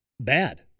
bad